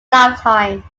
lifetime